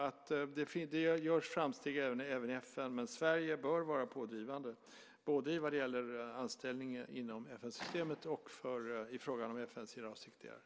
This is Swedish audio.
Det görs framsteg även i FN, men Sverige bör vara pådrivande både i vad gäller anställningar inom FN-systemet och i fråga om FN:s generalsekreterare.